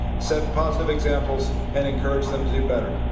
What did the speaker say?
set positive examples and encourage them to do better.